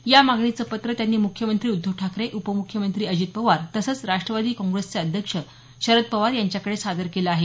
या मागणीचं पत्र त्यांनी मुख्यमंत्री उद्धव ठाकरे उपमुख्यमंत्री अजित पवार तसंच राष्ट्रवादी काँग्रेसचे अध्यक्ष शरद पवार यांच्याकडे सादर केलं आहे